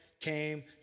came